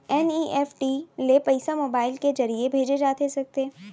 NEFT ले पइसा mobile के ज़रिए भेजे जाथे सकथे?